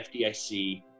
FDIC